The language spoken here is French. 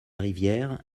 rivière